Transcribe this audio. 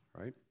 Right